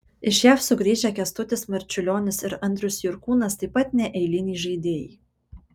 iš jav sugrįžę kęstutis marčiulionis ir andrius jurkūnas taip pat neeiliniai žaidėjai